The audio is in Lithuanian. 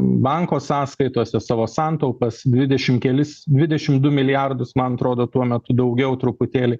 banko sąskaitose savo santaupas dvidešim kelis dvidešim du milijardus man atrodo tuo metu daugiau truputėlį